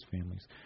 families